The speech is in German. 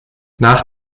nach